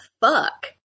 fuck